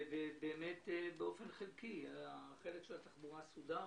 באמת באופן חלקי החלק של התחבורה סודר